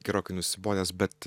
gerokai nusibodęs bet